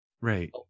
right